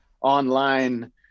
online